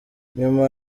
nyuma